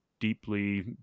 deeply